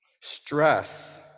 Stress